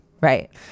Right